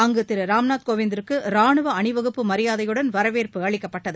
அங்கு திரு ராம்நாத் கோவிந்திற்கு ரானுவ அணிவகுப்பு மரியாதையுடன் வரவேற்பு அளிக்கப்பட்டது